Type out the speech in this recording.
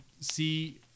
see